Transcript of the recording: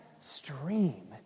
Stream